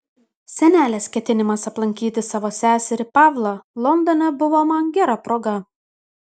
senelės ketinimas aplankyti savo seserį pavlą londone buvo man gera proga